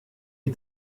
die